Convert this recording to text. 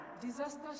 disaster